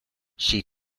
she